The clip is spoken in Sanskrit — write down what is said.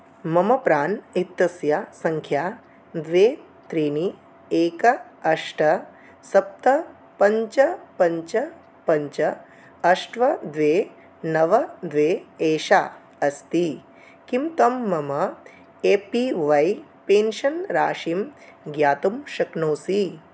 मम प्रान् इत्यस्य सङ्ख्या द्वे त्रीणि एकम् अष्ट सप्त पञ्च पञ्च पञ्च अष्ट द्वे नव द्वे एषा अस्ति किं त्वं मम ए पि वै पेन्शन् राशिं ज्ञातुं शक्नोसि